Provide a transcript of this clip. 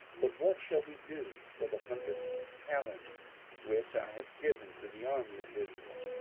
but what shall we do for the hundred talents which i have given to the army of israel?